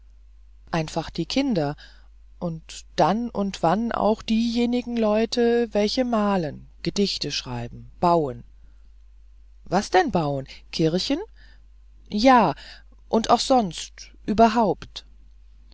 einfach die kinder und dann und wann auch diejenigen leute welche malen gedichte schreiben bauen was denn bauen kirchen ja und auch sonst überhaupt